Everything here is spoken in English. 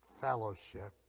fellowship